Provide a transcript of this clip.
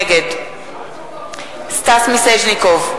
נגד סטס מיסז'ניקוב,